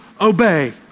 obey